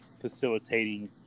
facilitating